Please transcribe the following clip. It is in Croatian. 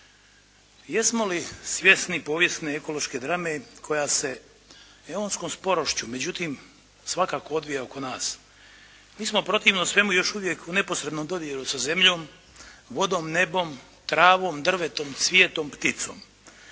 Jesmo li svjesni povijesne ekološke drame koja se eonskom sporošću međutim svakako odvija oko nas? Mi smo protivno svemu još uvijek u neposrednom dodiru sa zemljom, vodom, nebom, travom, drvetom, cvijetom, pticom.